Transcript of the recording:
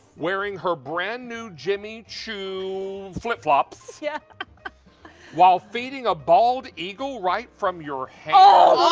wearing her brand-new jimmy chu flip-flops, yeah while feeding a bald eagle right from your hand? oh,